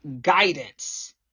guidance